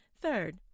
Third